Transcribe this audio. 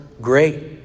Great